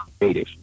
creative